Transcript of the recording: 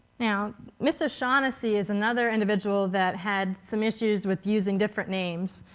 now ms. o'shaughnessy is another individual that had some issues with using different names.